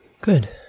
Good